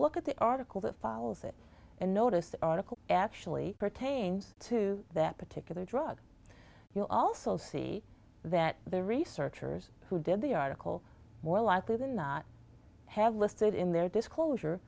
look at the article that follows it and notice the article actually pertains to that particular drug you'll also see that the researchers who did the article more likely than not have listed in their disclosure